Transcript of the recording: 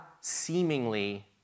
seemingly